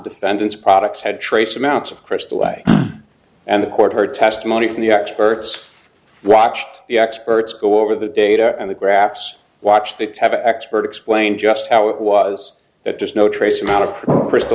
defendant's products had trace amounts of crystal way and the court heard testimony from the experts watched the experts go over the data and the graphs watched they have an expert explain just how it was that just no trace amount of c